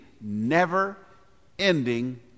never-ending